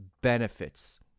benefits